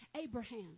Abraham